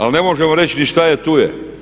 Ali ne možemo reći ni šta je, tu je.